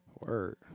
Word